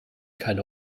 keine